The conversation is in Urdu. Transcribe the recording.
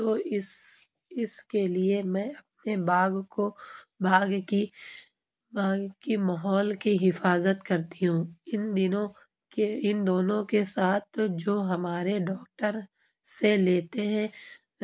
تو اس اس کے لیے میں اپنے باغ کو باغ کی باغ کی ماحول کی حفاظت کرتی ہوں ان دنوں کے ان دونوں کے ساتھ جو ہمارے ڈاکٹر سے لیتے ہیں